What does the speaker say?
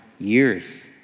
Years